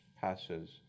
passes